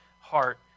heart